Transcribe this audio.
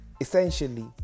Essentially